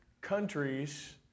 countries